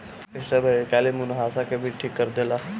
strawberry कील मुंहासा के भी ठीक कर देला